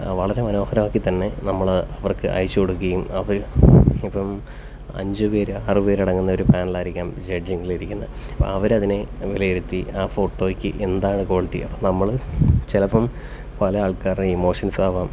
വളരെ മനോഹരമാക്കി തന്നെ നമ്മൾ അവര്ക്ക് അയച്ചു കൊടുക്കുകയും അപ്പോഴ് ഇപ്പം അഞ്ചുപേർ ആറുപേർ അടങ്ങുന്ന ഒരു പാനൽ ആയിരിക്കാം ജഡ്ജിങ്ങളിൽ ഇരിക്കുന്നത് അവർ അതിനെ വിലയിരുത്തി ആ ഫോട്ടോയ്ക്ക് എന്താണ് കോളിറ്റി അപ്പോൾ നമ്മൾ ചെലപ്പം പല ആള്ക്കാരുടെ ഇമോഷന്സ് ആവാം